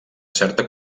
certa